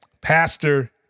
Pastor